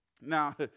Now